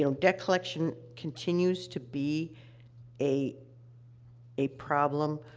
you know debt collection continues to be a a problem.